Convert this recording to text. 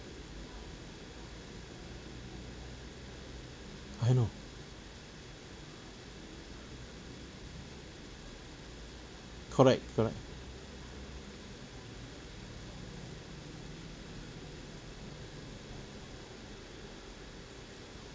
I know correct correct